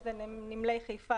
שזה נמלי חיפה,